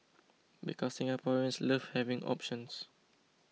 because Singaporeans love having options